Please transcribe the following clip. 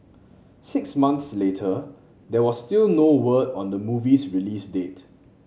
six months later there was still no word on the movie's release date